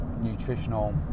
nutritional